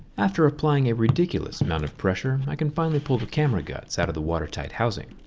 after applying a ridiculous amount of pressure, i can finally pull the camera guts out of the water-tight housing.